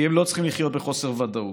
כי הם לא צריכים לחיות בחוסר ודאות.